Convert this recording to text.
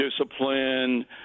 discipline